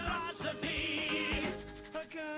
philosophy